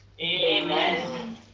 Amen